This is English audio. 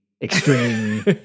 extreme